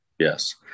Yes